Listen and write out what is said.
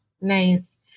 nice